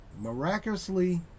miraculously